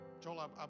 Joel